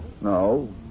No